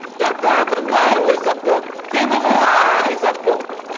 they're very familiar with that book. they memorize that book